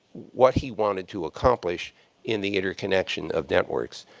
what he wanted to accomplish in the interconnection of networks.